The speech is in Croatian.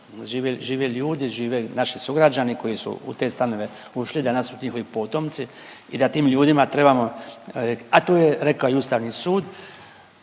žive ljudi, žive naši sugrađani koji su u te stanove ušli, danas su njihovi potomci i da tim ljudima trebamo, a to je rekao i Ustavni sud,